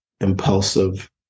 impulsive